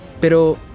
Pero